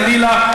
חלילה.